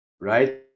right